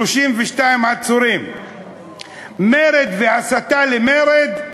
32 עצורים, מרד והסתה למרד,